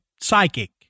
psychic